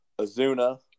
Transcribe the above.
Azuna